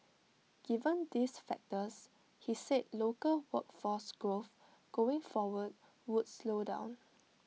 given these factors he said local workforce growth going forward would slow down